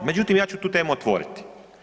Međutim, ja ću tu temu otvoriti.